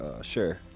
Sure